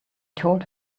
told